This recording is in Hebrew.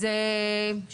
אני